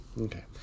Okay